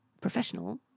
professional